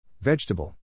Vegetable